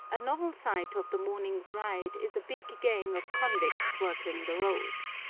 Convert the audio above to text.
a novel sight of the morning's ride is a big gang of convicts working the roads.